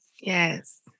Yes